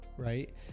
right